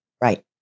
Right